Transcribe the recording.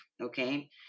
okay